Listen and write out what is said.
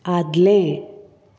आदलें